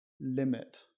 limit